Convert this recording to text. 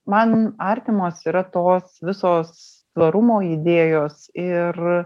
man artimos yra tos visos tvarumo idėjos ir